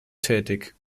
tätig